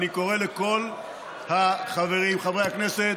אני קורא לכל חברי הכנסת